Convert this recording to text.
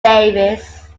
davis